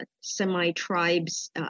semi-tribes